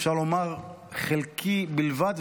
אפשר לומר: חלקי בלבד,